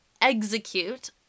execute